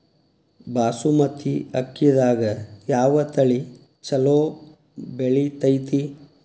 ಬಾಸುಮತಿ ಅಕ್ಕಿದಾಗ ಯಾವ ತಳಿ ಛಲೋ ಬೆಳಿತೈತಿ?